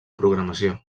programació